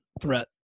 threat